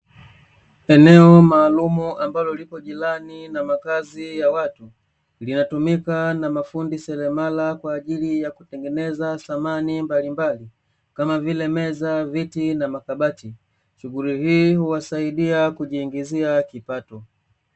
Eneo maalum ambalo lipo jirani na makazi ya watu, linatumika na mafundi selemala kwa ajili ya kutengeneza dhamani mbalimbali kama vile, meza, viti na makabati. Shughuli hii huwasaidia kujiingizia kipato.